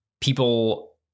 people